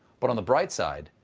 but on the bright side,